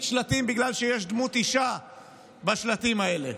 שלטים בגלל שיש דמות אישה בשלטים האלה.